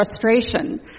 frustration